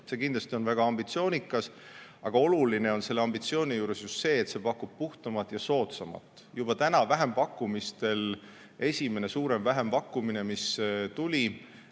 See on kindlasti väga ambitsioonikas, aga oluline on selle ambitsiooni juures just see, et see pakub puhtamat ja soodsamat [energiat]. Juba täna esimene suurem vähempakkumine, mis tuli,